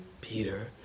Peter